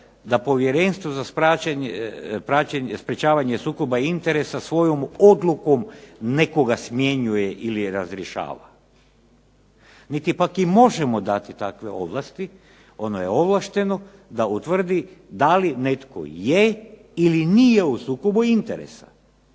da Povjerenstvo za sprječavanje sukoba interesa svojom odlukom nekoga smjenjuje ili razrješava, niti pak i možemo dati takve ovlasti. Ono je ovlašteno da utvrdi da li netko je ili nije u sukobu interesa,